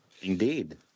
Indeed